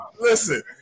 Listen